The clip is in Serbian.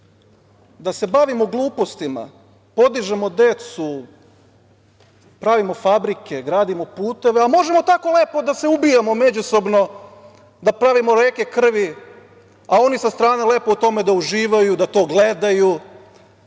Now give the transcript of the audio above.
da se bavimo glupostima, da podižemo decu, pravimo fabrike, gradimo puteve, a možemo tako lepo da se ubijamo međusobno, da pravimo reke krvi, a oni sa strane lepo u tome da uživaju, da to gledaju,